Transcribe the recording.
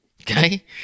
Okay